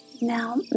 Now